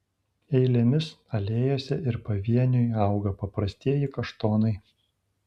eilėmis alėjose ir pavieniui auga paprastieji kaštonai